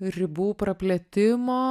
ribų praplėtimo